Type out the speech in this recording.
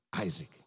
Isaac